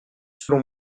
selon